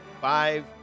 five